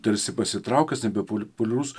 tarsi pasitraukęs nebepopuliarus